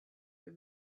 wir